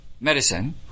medicine